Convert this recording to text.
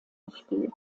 gespielt